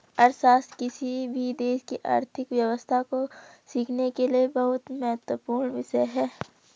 अर्थशास्त्र किसी भी देश की आर्थिक व्यवस्था को सीखने के लिए बहुत महत्वपूर्ण विषय हैं